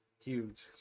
Huge